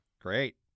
Great